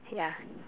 ya